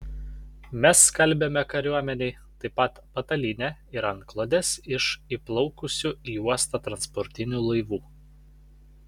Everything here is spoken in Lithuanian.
mes skalbiame kariuomenei taip pat patalynę ir antklodes iš įplaukusių į uostą transportinių laivų